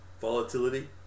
volatility